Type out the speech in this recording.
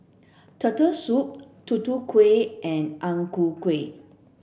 turtle soup Tutu Kueh and Ang Ku Kueh